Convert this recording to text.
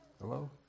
Hello